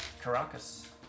Caracas